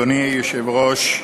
אדוני היושב-ראש,